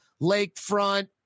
lakefront